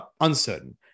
uncertain